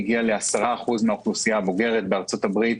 היא הגיעה ל-10% מן האוכלוסייה הבוגרת בארצות הברית.